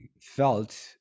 felt